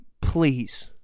Please